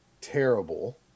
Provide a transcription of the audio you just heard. terrible